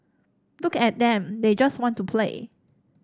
look at them they just want to play